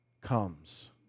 comes